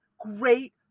great